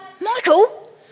Michael